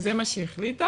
זה מה שהיא החליטה,